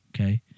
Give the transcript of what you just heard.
Okay